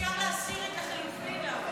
אפשר להסיר את החלופין.